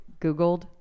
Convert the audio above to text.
Googled